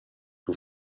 who